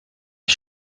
est